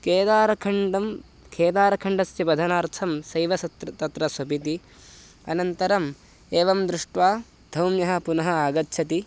केदारखण्डं केदारखण्डस्य बधनार्थं सैवसत् तत्र स्वपिति अनन्तरम् एवं दृष्ट्वा धौम्यः पुनः आगच्छति